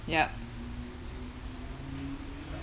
ya